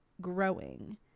growing